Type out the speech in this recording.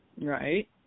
Right